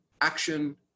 action